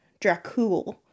Dracul